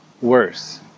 worse